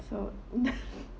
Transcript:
so